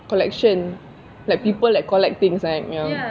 collection like people like collect things like um